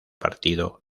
partido